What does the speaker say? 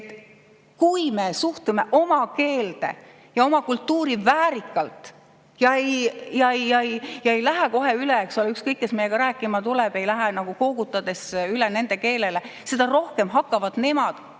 kui me suhtume oma keelde ja kultuuri väärikalt ja ei lähe kohe, eks ole, ükskõik, kes meiega rääkima tuleb, koogutades üle nende keelele, seda rohkem hakkavad nemad